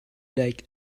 like